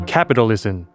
Capitalism